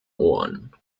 ohren